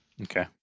Okay